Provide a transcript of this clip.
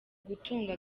gutunga